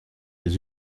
les